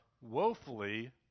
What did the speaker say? woefully